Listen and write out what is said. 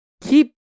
Keep